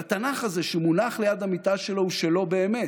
והתנ"ך הזה שמונח ליד המיטה שלו הוא שלו באמת.